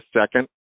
second